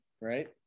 right